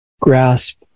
grasp